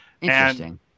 Interesting